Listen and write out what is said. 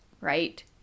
Right